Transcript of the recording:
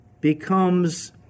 Becomes